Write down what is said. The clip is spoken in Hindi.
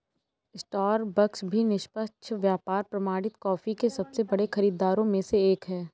स्टारबक्स भी निष्पक्ष व्यापार प्रमाणित कॉफी के सबसे बड़े खरीदारों में से एक है